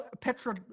Petra